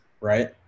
right